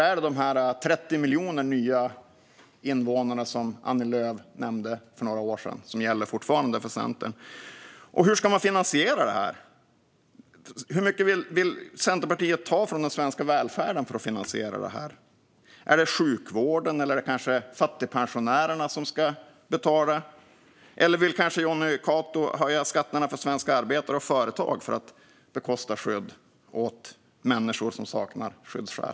Är det de 30 miljoner nya invånare som Annie Lööf nämnde för några år sedan som fortfarande gäller för Centern? Hur ska man finansiera det här? Hur mycket vill Centerpartiet ta från den svenska välfärden för att finansiera detta? Är det sjukvården eller kanske fattigpensionärerna som ska betala? Eller vill Jonny Cato kanske höja skatterna för svenska arbetare och företag för att bekosta skydd åt människor som saknar skyddsskäl?